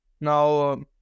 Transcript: now